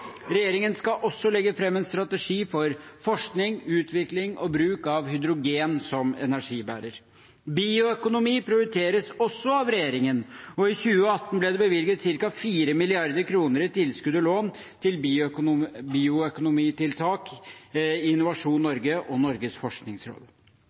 Regjeringen skal også legge fram en strategi for forskning, utvikling og bruk av hydrogen som energibærer. Bioøkonomi prioriteres også av regjeringen, og i 2018 ble det bevilget ca. 4 mrd. kr i tilskudd og lån til bioøkonomitiltak i Innovasjon